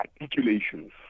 articulations